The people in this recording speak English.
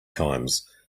times